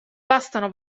bastano